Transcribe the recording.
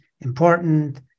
important